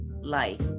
life